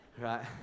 right